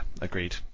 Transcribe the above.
agreed